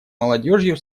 молодежью